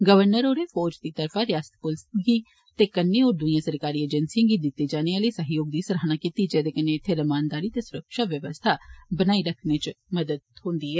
governor होरें फौज दी तरफा रिआसती पुलसै गी ते कन्नै होर दुइएं सरकारी एजेंसिएं गी दित्ते जाने आले सैह्योग दी सराह्ना कीती जेह्दे कन्नै इत्थें रमानदारी ते सुरक्षा बवस्था बनाई रखने च मदाद थ्होंदी ऐ